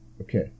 Okay